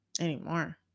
anymore